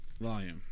Volume